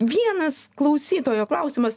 vienas klausytojo klausimas